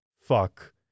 fuck